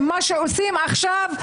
עם מה שעושים עכשיו,